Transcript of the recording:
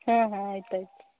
ಹಾಂ ಹಾಂ ಆಯ್ತು ಆಯ್ತು